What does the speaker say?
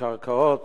הקרקעות